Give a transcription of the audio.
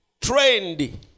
Trained